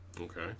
Okay